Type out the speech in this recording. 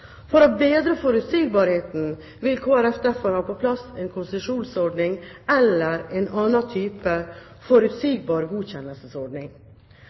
For å bedre forutsigbarheten vil Kristelig Folkeparti derfor ha på plass en konsesjonsordning eller en annen type forutsigbar godkjennelsesordning.